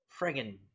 Friggin